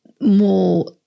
more